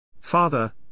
Father